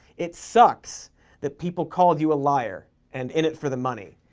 it sucks that people called you a liar and in it for the money.